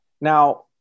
Now